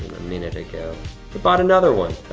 minute ago. he bought another one.